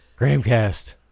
Gramcast